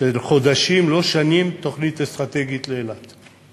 של חודשים, לא שנים, תוכנית אסטרטגית לאילת.